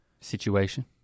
situation